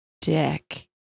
dick